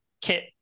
Kit